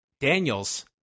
Daniels